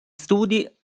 studi